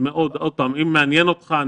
אם מעניין אותך,